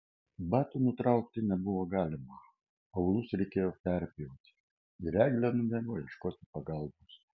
batų nutraukti nebuvo galima aulus reikėjo perpjauti ir eglė nubėgo ieškoti pagalbos